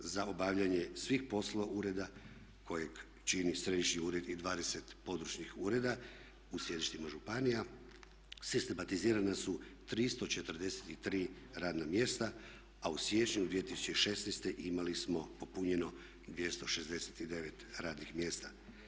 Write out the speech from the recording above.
Za obavljanje svih poslova ureda kojeg čini središnji ured i 20 područnih ureda u sjedištima županija sistematizirana su 343 radna mjesta, a u siječnju 2016. imali smo popunjeno 269 radnih mjesta.